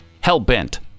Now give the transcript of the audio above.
hell-bent